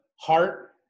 heart